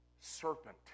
serpent